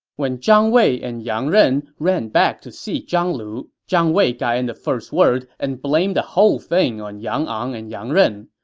when zhang wei and yang ren ran back to see zhang lu, zhang wei got in the first word and blamed the whole thing on yang ang and yang ren.